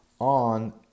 on